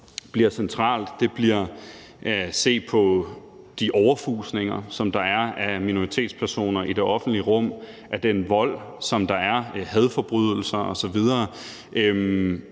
bliver centralt, bliver at se på de overfusninger, som der er af minoritetspersoner i det offentlige rum, og den vold, som der er, hadforbrydelser osv.